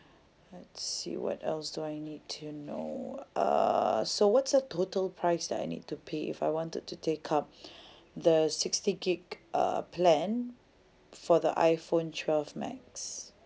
let's see what else do I need to know uh so what's the total price that I need to pay if I wanted to take up the sixty gig uh plan for the iphone twelve max